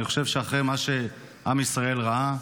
אני חושב שאחרי מה שעם ישראל ראה,